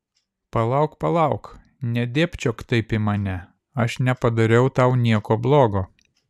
palauk palauk nedėbčiok taip į mane aš nepadariau tau nieko blogo